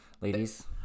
ladies